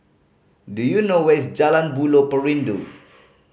do you know where's Jalan Buloh Perindu